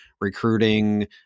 recruiting